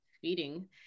feeding